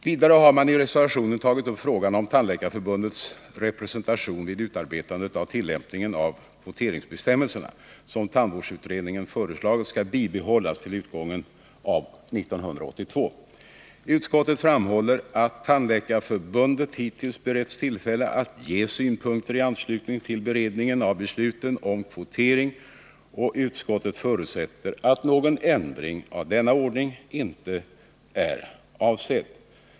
Vidare har man i en reservation tagit upp frågan om Tandläkarförbundets representation vid utarbetandet och tillämpningen av kvoteringsbestämmelserna, som tandvårdsutredningen föreslagit skall bibehållas till utgången av 1982. Utskottet framhåller att Tandläkarförbundet hittills beretts tillfälle att ge synpunkter i anslutning till beredningen av besluten om kvotering, och utskottet förutsätter att någon ändring av denna ordning inte är avsedd.